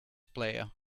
player